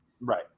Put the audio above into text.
Right